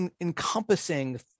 encompassing